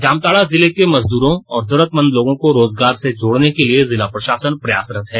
जामताडा जिले में मजदूरों और जरूरतमंद लोगों को रोजगार से जोडने के लिए जिला प्रशासन प्रयासरत है